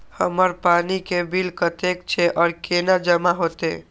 हमर पानी के बिल कतेक छे और केना जमा होते?